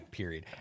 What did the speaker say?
period